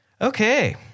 Okay